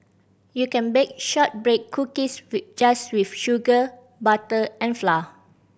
you can bake shortbread cookies just with sugar butter and flour